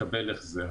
ויקבל החזר.